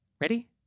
Ready